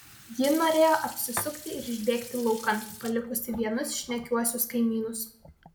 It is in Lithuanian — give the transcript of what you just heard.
ji norėjo apsisukti ir išbėgti laukan palikusi vienus šnekiuosius kaimynus